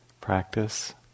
practice